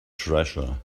treasure